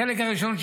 החלק הראשון,